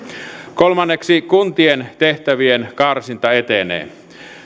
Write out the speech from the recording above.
kolmanneksi kuntien tehtävien karsinta etenee